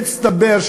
מצטבר,